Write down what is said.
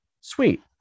Sweet